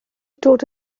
dod